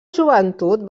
joventut